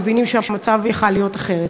מבינים שהמצב היה יכול להיות אחר.